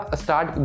start